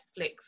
netflix